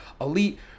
Elite